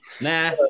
Nah